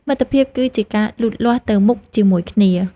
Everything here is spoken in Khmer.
មិត្តភាពគឺជាការលូតលាស់ទៅមុខជាមួយគ្នា។